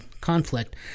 conflict